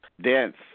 dense